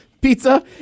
pizza